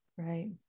Right